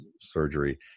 surgery